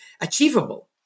achievable